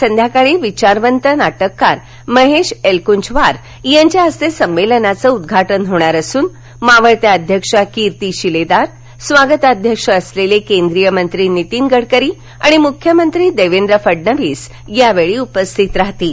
आज संध्याकाळी विचारवंत नाटककार महेश एलकुंचवार याच्या हस्ते संमेलनाचं उद्घाटन होणार असून मावळत्या अध्यक्षा कीर्ती शिलेदार स्वागताध्यक्ष असलेले केंद्रीय मंत्री नितीन गडकरी आणि मुख्यमंत्री देवेंद्र फडणवीस यावेळी उपस्थित राहणार आहेत